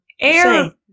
air